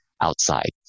outside